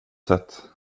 sätt